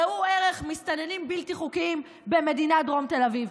ראו ערך: מסתננים בלתי חוקיים במדינת דרום תל אביב.